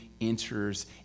enters